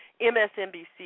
MSNBC